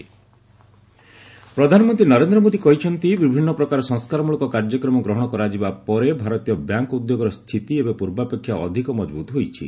PM HTL ପ୍ରଧାନମନ୍ତ୍ରୀ ନରେନ୍ଦ୍ର ମୋଦି କହିଛନ୍ତି ବିଭିନ୍ନ ପ୍ରକାର ସଂସ୍କାରମଳକ କାର୍ଯ୍ୟକ୍ରମ ଗ୍ରହଣ କରାଯିବା ପରେ ଭାରତୀୟ ବ୍ୟାଙ୍କ୍ ଉଦ୍ୟୋଗର ସ୍ଥିତି ଏବେ ପୂର୍ବାପେକ୍ଷା ଅଧିକ ମଜବୁତ୍ ହୋଇଛି